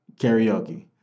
karaoke